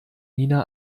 nina